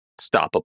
stoppable